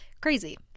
Crazy